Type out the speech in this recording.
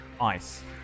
ice